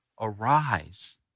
Arise